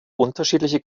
unterschiedliche